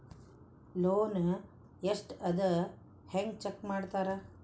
loan ಎಷ್ಟ್ ಅದ ಹೆಂಗ್ ಚೆಕ್ ಮಾಡ್ತಾರಾ